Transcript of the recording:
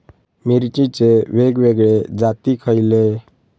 मिरचीचे वेगवेगळे जाती खयले?